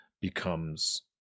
becomes